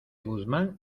guzmán